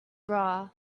bra